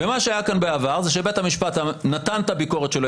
ומה שהיה כאן בעבר זה שבית המשפט נתן את הביקורת שלו,